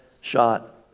shot